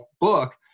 book